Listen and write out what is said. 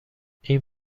این